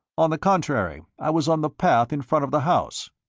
on the contrary, i was on the path in front of the house.